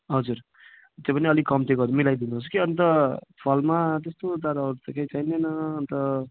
हजुर त्यो पनि अलिक कम्ती गरेर मिलाइदिनु होस् कि अन्त फलमा त्यस्तो तर अरू त केही चाहिँदैन अन्त